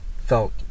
felt